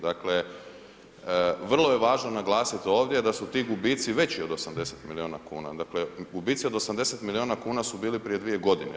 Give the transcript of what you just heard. Dakle, vrlo je važno naglasiti ovdje da su ti gubici veći od 80 milijuna kuna, dakle gubici od 80 milijuna kuna su bili prije dvije godine.